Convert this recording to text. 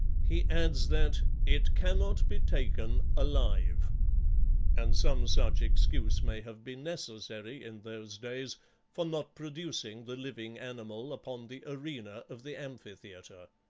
he adds that it cannot be taken alive and some such excuse may have been necessary in those days for not producing the living animal upon the arena of the amphitheatre.